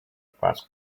class